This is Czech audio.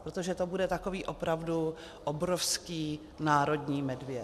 Protože to bude takový opravdu obrovský národní medvěd.